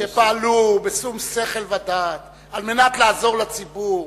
שפעלו בשום-שכל ודעת על מנת לעזור לציבור,